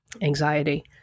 anxiety